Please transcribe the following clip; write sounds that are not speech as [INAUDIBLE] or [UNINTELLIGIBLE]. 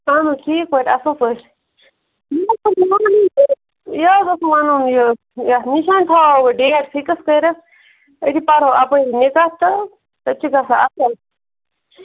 اَہَن حظ ٹھیٖک پٲٹھۍ اَصٕل پٲٹھۍ [UNINTELLIGIBLE] یہِ حظ اوسُم وَنُم یہِ یَتھ نِشانہِ تھاوَو وۅنۍ ڈیٹ فِکٕس کٔرِتھ أتی پَرو اَپٲری نِکاح تہٕ أتۍ چھُ گژھان اَصٕل